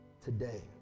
today